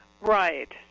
Right